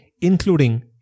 including